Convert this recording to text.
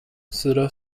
sita